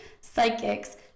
psychics